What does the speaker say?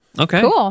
Okay